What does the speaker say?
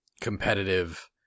competitive